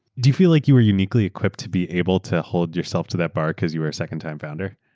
do you feel like you are uniquely equipped to be able to hold yourself to that bar because you were a second time founder?